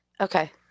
okay